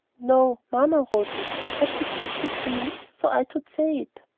no. mamma wote it, but she teached it to me so i tould say it.